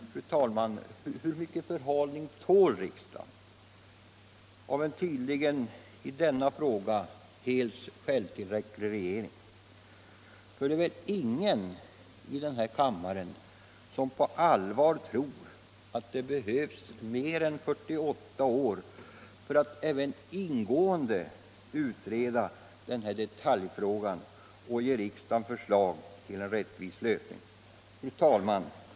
Hur mycket förhalning tål riksdagen av en i denna fråga tydligen helt självtillräcklig regering? För ingen i denna kammare tror väl på allvar att det behövs mer än 48 år för att Nr 120 även ingående utreda denna detaljfråga och ge riksdagen förslag till en Torsdagen den rättvis lösning? 6 maj 1976 Fru talman!